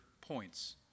points